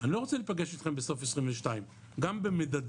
'אני לא רוצה להיפגש אתכם בסוף 2022'. גם במדדים.